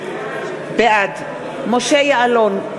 בעד משה יעלון,